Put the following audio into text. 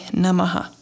namaha